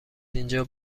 اینجا